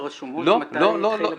אין לכם ברשומות מתי התחיל הפטור?